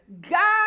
God